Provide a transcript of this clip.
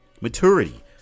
Maturity